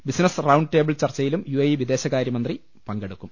BC നസ്സ് round table ചർച്ചയിലും U A E വിദേശകാര്യമന്ത്രി പങ്കെടുക്കും